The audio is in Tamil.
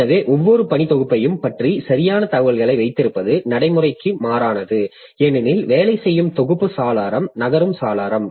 எனவே ஒவ்வொரு பணி தொகுப்பையும் பற்றிய சரியான தகவல்களை வைத்திருப்பது நடைமுறைக்கு மாறானது ஏனெனில் வேலை செய்யும் தொகுப்பு சாளரம் நகரும் சாளரம்